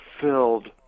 filled